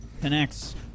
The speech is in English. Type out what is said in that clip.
connects